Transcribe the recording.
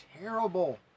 terrible